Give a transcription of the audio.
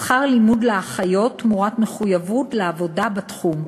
שכר לימוד לאחיות תמורת מחויבות לעבודה בתחום.